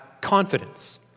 confidence